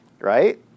right